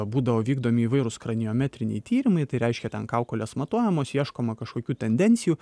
būdavo vykdomi įvairūs kraniometriniai tyrimai tai reiškia ten kaukolės matuojamos ieškoma kažkokių tendencijų